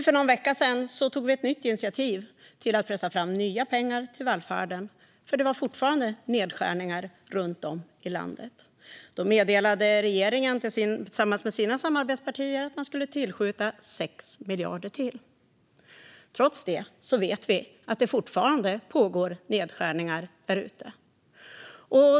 För en vecka sedan tog vi ett nytt initiativ för att pressa fram nya pengar till välfärden. Det pågick nämligen fortfarande nedskärningar runt om i landet. Då meddelade regeringen tillsammans med sina samarbetspartier att man skulle tillskjuta 6 miljarder till. Trots det vet vi att det fortfarande pågår nedskärningar där ute.